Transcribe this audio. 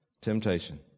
temptation